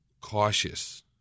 cautious